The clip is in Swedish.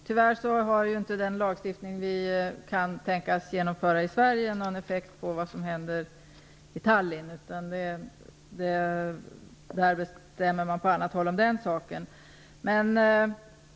Fru talman! Tyvärr har den lagstiftning som vi i Sverige kan tänkas genomföra inte någon effekt på vad som händer i Tallinn, utan där bestäms på annat håll om den saken.